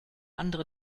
andere